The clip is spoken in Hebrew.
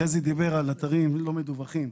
חזי דיבר על אתרים לא מדווחים,